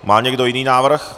Má někdo jiný návrh?